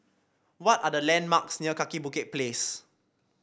what are the landmarks near Kaki Bukit Place